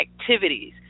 activities